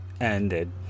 ended